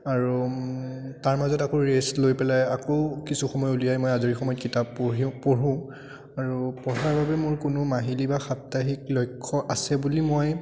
আৰু তাৰ মাজত আকৌ ৰেষ্ট লৈ পেলাই আকৌ কিছু সময় উলিয়াই মই আজৰি সময়ত কিতাপ পঢ়িও পঢ়োঁ আৰু পঢ়াৰ বাবে মোৰ কোনো মাহিলী বা সাপ্তাহিক লক্ষ্য আছে বুলি মই